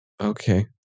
Okay